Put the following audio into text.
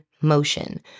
motion